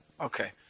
Okay